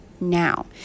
now